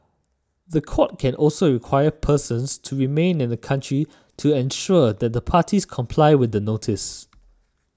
the court can also require persons to remain in the country to ensure that the parties comply with the notice